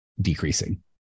decreasing